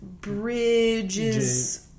bridge's